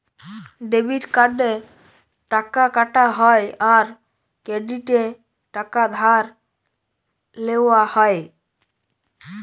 debit কার্ডে টাকা কাটা হ্যয় আর ক্রেডিটে টাকা ধার লেওয়া হ্য়য়